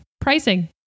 Pricing